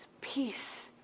Peace